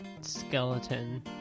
skeleton